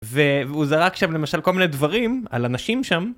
והוא זרק שם למשל כל מיני דברים, על אנשים שם.